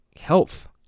health